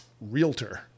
realtor